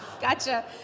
Gotcha